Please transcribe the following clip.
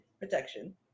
protection